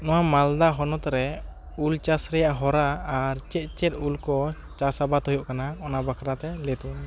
ᱱᱚᱣᱟ ᱢᱟᱞᱫᱟ ᱦᱚᱱᱚᱛᱨᱮ ᱩᱞ ᱪᱟᱥ ᱨᱮᱭᱟᱜ ᱦᱚᱨᱟ ᱟᱨ ᱪᱮᱫ ᱪᱮᱫ ᱩᱞᱠᱚ ᱪᱟᱥ ᱟᱵᱟᱫᱽ ᱦᱩᱭᱩᱜ ᱠᱟᱱᱟ ᱚᱱᱟ ᱵᱟᱠᱷᱨᱟᱛᱮ ᱞᱟᱹᱭ ᱛᱟᱵᱚᱱ ᱢᱮ